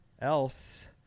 else